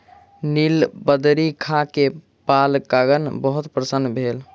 नीलबदरी खा के बालकगण बहुत प्रसन्न भेल